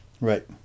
Right